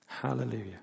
Hallelujah